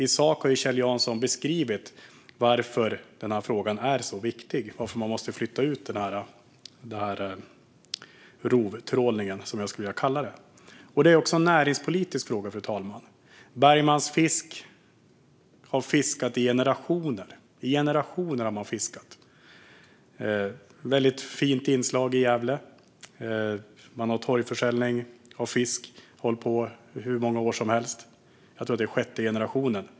I sak har Kjell Jansson beskrivit varför denna fråga är så viktig och varför man måste flytta ut rovtrålningen, som jag skulle vilja kalla det. Det är också en näringspolitisk fråga. Bergmans Fisk har fiskat i generationer och är ett väldigt fint inslag i Gävle. Man har torgförsäljning av fisk och har hållit på hur många år som helst - jag tror att det är sjätte generationen.